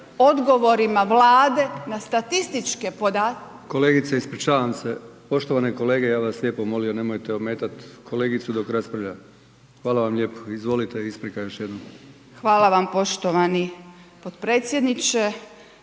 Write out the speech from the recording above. odgovorima Vlade na statističke podatke, … **Brkić, Milijan (HDZ)** Kolegice, ispričavam se, poštovane kolege ja bih vas lijepo molio nemojte ometat kolegicu dok raspravlja. Hvala vam lijepo. Izvolite, isprika još jednom. **Alfirev, Marija (SDP)** Hvala vam poštovani potpredsjedniče.